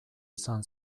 izan